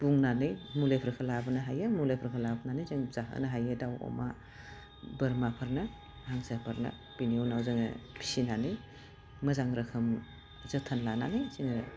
बुंनानै मुलिफोरखौ लाबोनो हायो मुलिफोरखौ लाबोनानै जों जाहोनो हायो दाउ अमा बोरमाफोरनो हांसोफोरनो बिनि उनाव जोङो फिसिनानै मोजां रोखोम जोथोन लानानै जोङो